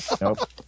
Nope